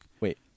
wait